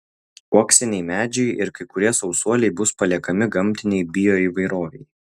uoksiniai medžiai ir kai kurie sausuoliai bus paliekami gamtinei bioįvairovei